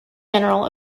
general